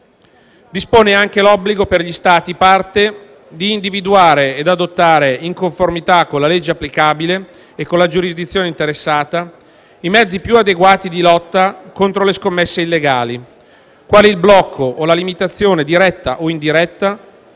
dispone anche l'obbligo per gli Stati parte di individuare e adottare, in conformità con la legge applicabile e con la giurisdizione interessata, i mezzi più adeguati di lotta contro le scommesse illegali, quali il blocco o la limitazione diretta o indiretta